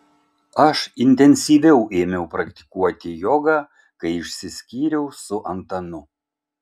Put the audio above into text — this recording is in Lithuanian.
aš intensyviau ėmiau praktikuoti jogą kai išsiskyriau su antanu